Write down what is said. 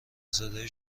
زاده